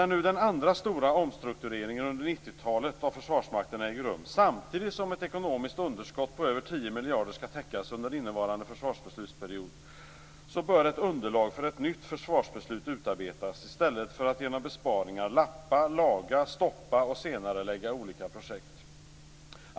När nu den andra stora omstruktureringen under 1990-talet av Försvarsmakten äger rum samtidigt som ett ekonomiskt underskott på över 10 miljarder skall täckas under innevarande försvarsbeslutsperiod bör ett underlag för ett nytt försvarsbeslut utarbetas i stället för att genom besparingar lappa, laga, stoppa och senarelägga olika projekt.